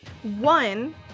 One